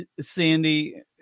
Sandy